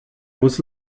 muss